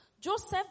Joseph